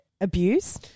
abuse